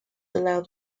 allow